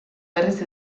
berriz